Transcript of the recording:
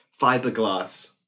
fiberglass